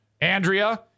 Andrea